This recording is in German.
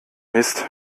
mist